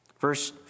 Verse